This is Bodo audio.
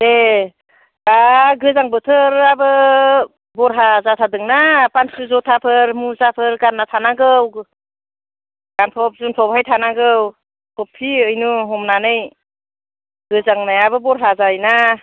दे दा गोजां बोथोराबो बह्रा जाथारदोंना पानसु जुथाफोर मुजाफोर गान्ना थानांगौ गानफब जोम्फबहाय थानांगौ थफि उइनु हमनानै गोजांनायाबो बह्रा जायोना